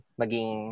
maging